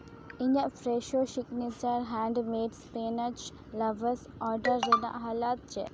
ᱤᱧᱟᱹᱜ fresco signature handmade spinach lavash order ᱨᱮᱱᱟᱜ ᱦᱟᱞᱚᱛ ᱪᱮᱫ